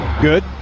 Good